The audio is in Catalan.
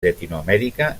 llatinoamèrica